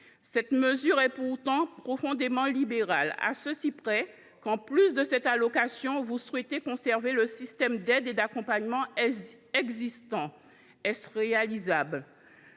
proposez est pourtant profondément libérale ! De plus, outre cette allocation, vous souhaitez conserver le système d’aides et d’accompagnement existant. Est ce réalisable ?